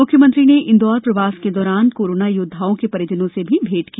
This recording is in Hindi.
मुख्यमंत्री ने इंदौर प्रवास के दौरान कोरोना योद्वाओं के परिजनों से भेंट भी की